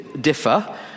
differ